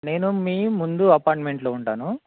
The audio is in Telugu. నేను మీ ముందు అపార్ట్మెంట్లో ఉంటాను